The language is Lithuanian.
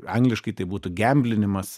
angliškai tai būtų gemblinimas